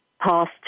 past